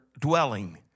dwelling